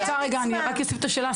אני רק אוסיף את השאלה,